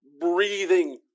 breathing